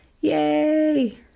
Yay